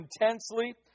intensely